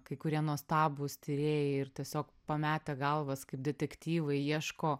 kai kurie nuostabūs tyrėjai ir tiesiog pametę galvas kaip detektyvai ieško